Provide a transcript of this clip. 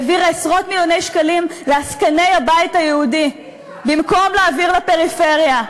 העבירה עשרות מיליוני שקלים לעסקני הבית היהודי במקום להעביר לפריפריה.